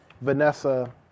Vanessa